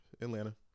Atlanta